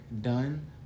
done